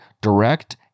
direct